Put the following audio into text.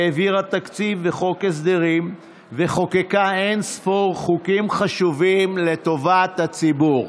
העבירה תקציב וחוק הסדרים וחוקקה אין-ספור חוקים חשובים לטובת הציבור,